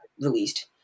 released